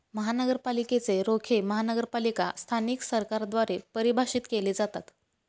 महानगरपालिकेच रोखे महानगरपालिका स्थानिक सरकारद्वारे परिभाषित केले जातात